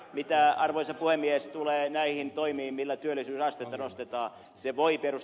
mitä arvoisa puhemies tulee näihin toimiin millä työllisyysastetta nostetaan se voi ed